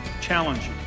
challenge